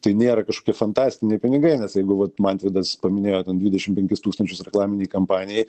tai nėra kažkokie fantastiniai pinigai nes jeigu vat mantvidas paminėjo ten dvidešim penkis tūkstančius reklaminei kampanijai